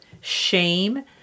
shame